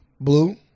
Blue